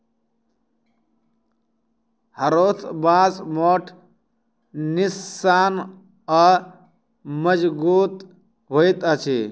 हरोथ बाँस मोट, निस्सन आ मजगुत होइत अछि